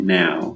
now